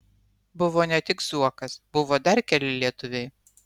buvo ne tik zuokas buvo dar keli lietuviai